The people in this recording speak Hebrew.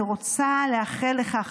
אני רוצה לאחל לך,